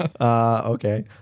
Okay